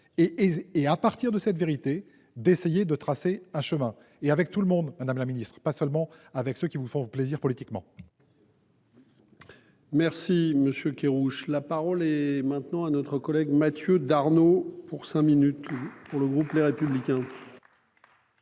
et à partir de cette vérité d'essayer de tracer un chemin et avec tout le monde Madame la Ministre pas seulement avec ceux qui vous font plaisir politiquement. Merci monsieur Kerrouche. La parole est maintenant à notre collègue Mathieu Darnaud pour cinq minutes. Pour le groupe Les Républicains.